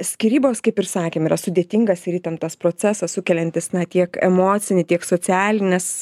skyrybos kaip ir sakėm yra sudėtingas ir įtemptas procesas sukeliantis na tiek emocinį tiek socialines